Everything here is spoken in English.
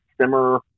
simmer